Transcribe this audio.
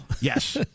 Yes